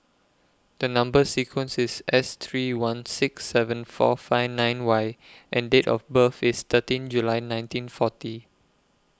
The Number sequence IS S three one six seven four five nine Y and Date of birth IS thirteen July nineteen forty